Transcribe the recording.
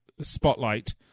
spotlight